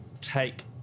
take